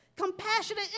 compassionate